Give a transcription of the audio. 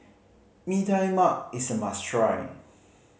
Mee Tai Mak is a must try